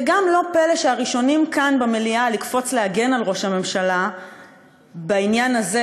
וגם לא פלא שהראשונים כאן במליאה לקפוץ להגן על ראש הממשלה בעניין הזה,